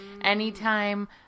Anytime